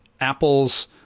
Apple's